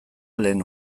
lehen